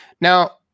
Now